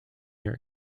year